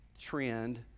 trend